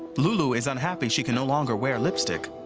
lulu is unhappy she can no longer wear lipstick.